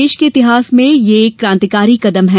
देश के इतिहास में यह एक कांतिकारी कदम है